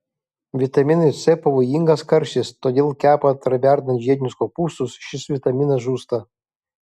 vitaminui c pavojingas karštis todėl kepant ar verdant žiedinius kopūstus šis vitaminas žūsta